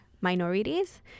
minorities